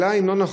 אם היה מחסור